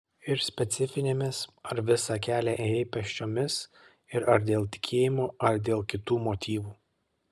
ir specifinėmis ar visą kelią ėjai pėsčiomis ir ar dėl tikėjimo ar dėl kitų motyvų